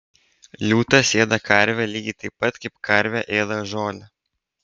liūtas ėda karvę lygiai taip pat kaip karvė ėda žolę